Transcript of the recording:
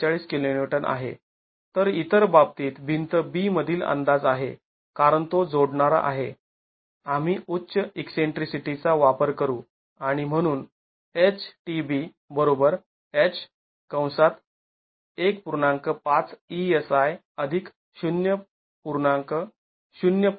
४२ kN आहे तर इतर बाबतीत भिंत B मधील अंदाज आहे कारण तो जोडणारा आहे आम्ही उच्च ईकसेंट्रीसिटीचा वापर करू आणि म्हणून